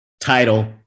title